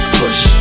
push